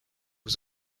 was